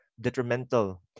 detrimental